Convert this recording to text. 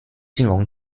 金融